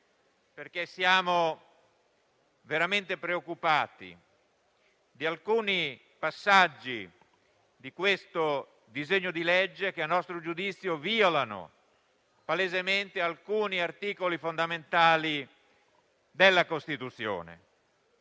perché siamo veramente preoccupati di alcuni passaggi di questo disegno di legge che a nostro giudizio violano palesemente alcuni articoli fondamentali della Costituzione.